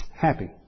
Happy